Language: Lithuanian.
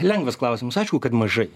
lengvas klausimas aišku kad mažai